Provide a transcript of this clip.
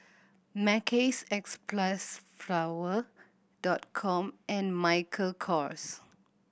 Mackays Xpressflower Dot Com and Michael Kors